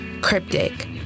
Cryptic